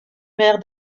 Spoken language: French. mère